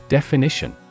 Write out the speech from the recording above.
Definition